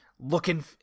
looking